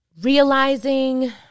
Realizing